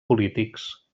polítics